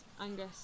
angus